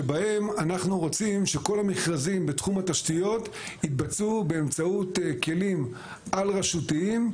אנחנו רוצים שכל המכרזים בתחום התשתיות יתבצעו באמצעות כלים על-רשותיים,